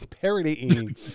parodying